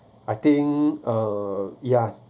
I think uh ya